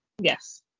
yes